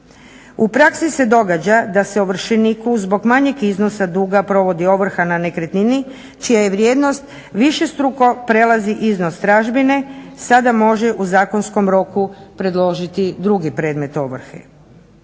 U praksi se događa da se ovršeniku zbog manjeg iznosa duga provodi ovrha na nekretnini čija je vrijednost višestruko prelazi iznos tražbine, sada može u zakonskom roku predložiti drugi predmet ovrhe.